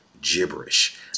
gibberish